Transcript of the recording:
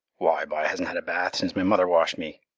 why, b'y, i hasn't had a bath since my mother washed me!